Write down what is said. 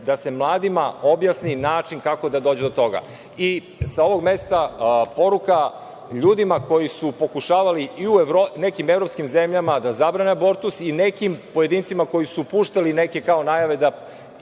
da se mladima objasni način kako da dođu do toga. Sa ovog mesta poruka ljudima koji su pokušavali i u nekim evropskim zemljama da zabrane abortus, i nekim pojedincima koji su puštali neke kao najave da